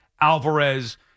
Alvarez